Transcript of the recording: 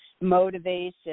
motivation